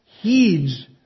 heeds